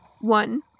one